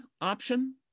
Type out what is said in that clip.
option